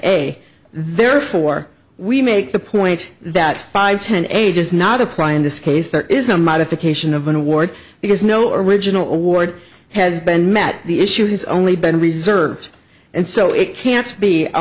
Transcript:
a therefore we make the point that five ten ages not apply in this case there is no modification of an award because no original award has been met the issue has only been reserved and so it can't be a